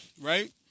Right